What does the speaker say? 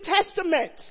Testament